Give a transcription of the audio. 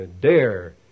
dare